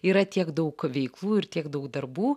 yra tiek daug veiklų ir tiek daug darbų